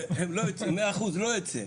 והם לא יוצאים 100% לא יוצא,